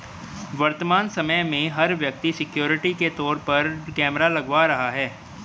वर्तमान समय में, हर व्यक्ति सिक्योरिटी के तौर पर कैमरा लगवा रहा है